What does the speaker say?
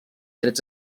trets